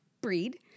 breed